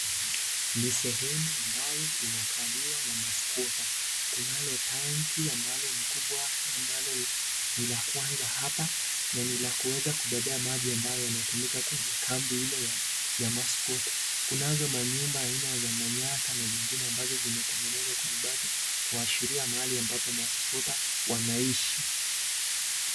Ni sehemu ambalo inakaliwa na maskwota . Kunalo tangi ambalo ni kubwa ambalo ni la kwanza hapa na ni la kuweza kubebea maji ambayo yanatumika kwenye kambi ile ya maskwota . Kunazo manyumba aina za manyata na zingine ambazo zimetengenezwa kwa mabati kuashiria mahali ambapo maskwota wanaishi.